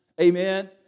Amen